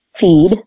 feed